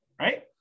right